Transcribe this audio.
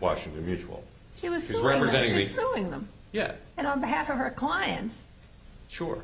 washington mutual he was representing reselling them yet and on behalf of her clients sure